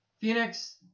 Phoenix